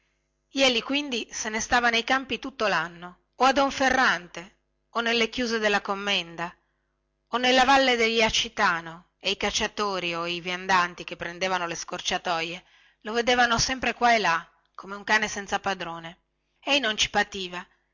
jeli quindi se ne stava nei campi tutto lanno o a donferrante o nelle chiuse della commenda o nella valle del jacitano e i cacciatori o i viandanti che prendevano le scorciatoie lo vedevano sempre qua e là come un cane senza padrone ei non ci pativa